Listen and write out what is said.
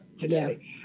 today